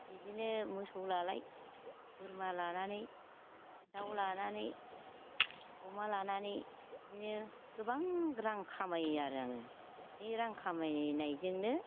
बिदिनो मोसौ लालाय बोरमा लानानै दाउ लानानै अमा लानानै बिदिनो गोबां रां खामायो आरो आङो बे रां खामायनायजोंनो